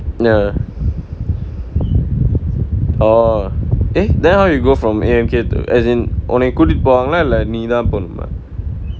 ya oh eh then how you go from A_M_K to as in உன்னைய கூட்டிட்டு போவாங்களா இல்ல நீதா போனுமா:unnaiya kootittu povaangalaa illa neethaa ponumaa